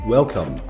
Welcome